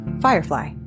firefly